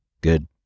Good